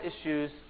issues